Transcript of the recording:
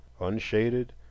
unshaded